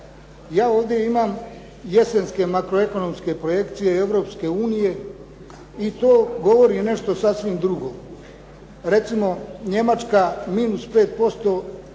Ja ovdje imam jesenske makroekonomske projekcije Europske unije i to govori nešto sasvim drugo. Recimo, Njemačka -5%